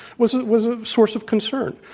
was was a source of concern.